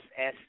-S